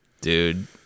Dude